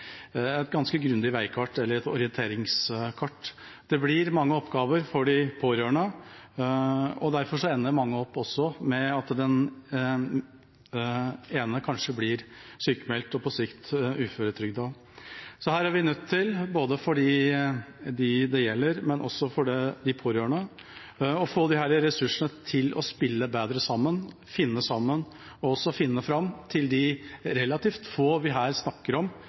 et ganske grundig veikart eller orienteringskart. Det blir mange oppgaver for de pårørende, og derfor ender en i mange tilfeller også opp med at den ene kanskje blir sykemeldt og på sikt uføretrygdet. Så vi er nødt til – både for dem det gjelder, og for de pårørende – å få disse ressursene til å spille bedre sammen, finne sammen og finne fram til de relativt få vi her snakker om,